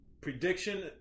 Prediction